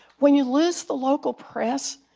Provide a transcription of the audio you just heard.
when you lose the local press,